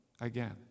again